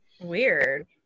weird